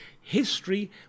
History